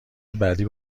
بعدی